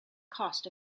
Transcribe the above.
cost